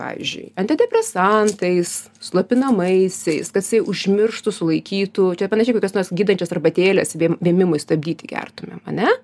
pavyzdžui antidepresantais slopinamaisiais kad jisai užmirštų sulaikytų čia panašiai kokios tos gydančias arbatėlės vėm vėmimui stabdyti gertumėm ane